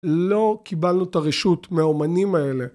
לא קיבלנו את הרשות מהאומנים האלה.